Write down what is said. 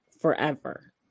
forever